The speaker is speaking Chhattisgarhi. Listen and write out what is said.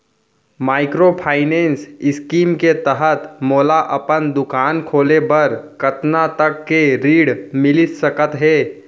माइक्रोफाइनेंस स्कीम के तहत मोला अपन दुकान खोले बर कतना तक के ऋण मिलिस सकत हे?